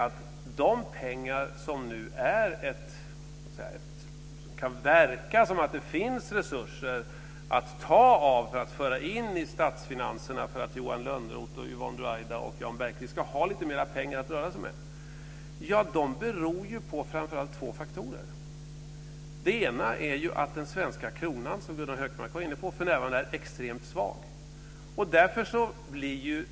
Att det verkar finnas resurser att ta av och pengar att föra in i statsfinanserna för att Johan Lönnroth, Yvonne Ruwaida och Jan Bergqvist ska ha lite mer pengar att röra sig med, beror framför allt på två faktorer. Den ena är att den svenska kronan för närvarande är extremt svag.